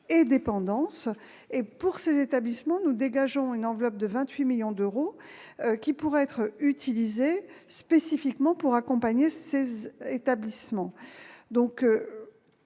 et dépendance. Pour ces établissements, nous dégageons une enveloppe de 28 millions d'euros, qui pourra être utilisée spécifiquement pour accompagner ces établissements.